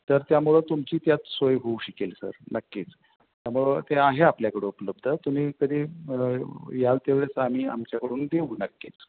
तर त्यामुळं तुमची त्यात सोय होऊ शकेल सर नक्कीच त्यामुळं ते आहे आपल्याकडं उपलब्ध तुम्ही कधी याल त्या वेळेस आम्ही आमच्याकडून देऊ नक्कीच